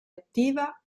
attiva